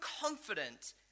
confident